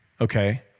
okay